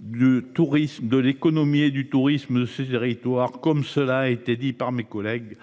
de l'économie et du tourisme suisse territoire comme cela a été dit par mes collègues.